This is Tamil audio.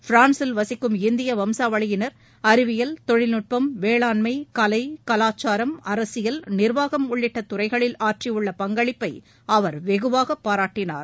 பிரான்சில் வசிக்கும் இந்திய வம்சாவளியினர் அறிவியல் தொழில்நுட்பம் வேளாண்மை கலை கலாசாரம் அரசியல் நிர்வாகம் உள்ளிட்ட துறைகளில் ஆற்றியுள்ள பங்களிப்பை அவர் வெகுவாக பாராட்டினார்